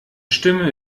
stimme